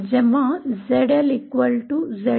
जेव्हा ZL 0 असेल